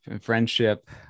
friendship